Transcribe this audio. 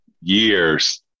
years